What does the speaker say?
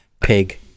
pig